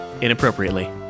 inappropriately